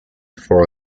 for